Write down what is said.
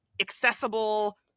accessible